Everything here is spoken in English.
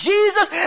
Jesus